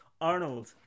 Arnold